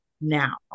now